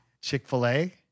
Chick-fil-A